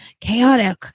chaotic